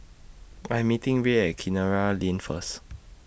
I Am meeting Rae At Kinara Lane First